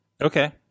Okay